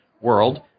World